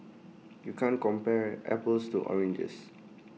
you can't compare apples to oranges